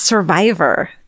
Survivor